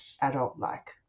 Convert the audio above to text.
adult-like